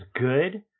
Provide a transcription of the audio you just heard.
good